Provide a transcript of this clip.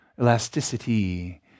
elasticity